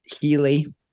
Healy